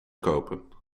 kopen